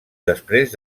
després